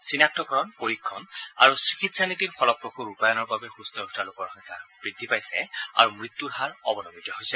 চিনাক্তকৰণ পৰীক্ষণ আৰু চিকিৎসা নীতিৰ ফলপ্ৰস্ ৰূপায়ণৰ বাবে সুস্থ হৈ উঠা লোকৰ সংখ্যা বৃদ্ধি পাইছে আৰু মৃত্যুৰ হাৰ অৱনমিত হৈছে